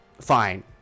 fine